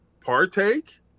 partake